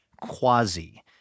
Quasi